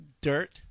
dirt